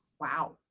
Wow